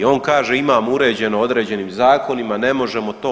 On kaže imam uređeno određenim zakonima, ne možemo to.